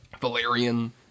Valerian